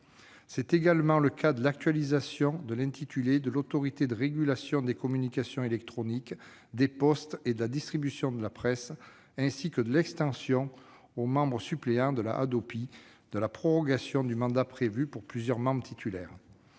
C'est également le cas de l'actualisation de l'intitulé de l'Autorité de régulation des communications électroniques, des postes et de la distribution de la presse (Arcep), ainsi que de l'extension aux membres suppléants de la Hadopi de la prorogation du mandat prévue pour plusieurs membres titulaires.